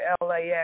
LAX